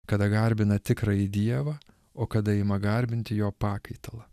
kada garbina tikrąjį dievą o kada ima garbinti jo pakaitalą